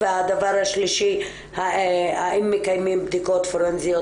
והדבר השלישי הוא האם מקבלים בדיקות פורנזיות